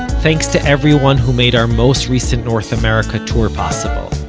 thanks to everyone who made our most recent north america tour possible,